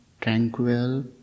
tranquil